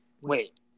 Wait